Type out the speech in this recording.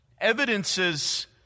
evidences